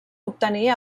obtenir